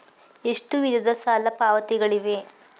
ಎಷ್ಟು ವಿಧದ ಸಾಲ ಪಾವತಿಗಳಿವೆ?